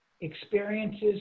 experiences